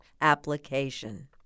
application